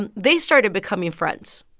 and they started becoming friends.